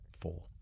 four